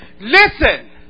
Listen